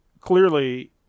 clearly